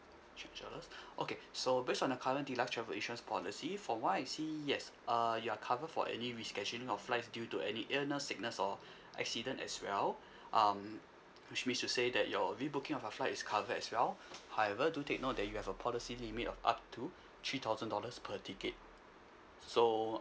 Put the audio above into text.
three hundred dollars okay so based on your current deluxe travel insurance policy from what I see yes uh you're covered for any rescheduling of flights due to any illness sickness or accident as well um which means to say that your rebooking of your flight is covered as well however do take note that you have a policy limit of up to three thousand dollars per ticket so